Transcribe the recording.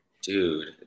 Dude